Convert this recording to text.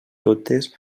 totes